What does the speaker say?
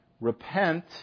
Repent